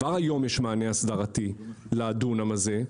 כבר היום יש מענה אסדרתי לדונם הזה,